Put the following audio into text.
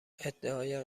ادعای